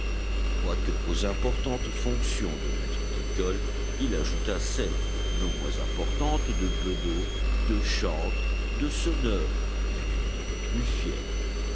quoique aux importantes fonctions de maître d'école il ajoutât celles non moins importantes de bedeau de chantre de sonneur il n'en était pas plus fier